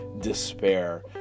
despair